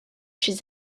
chez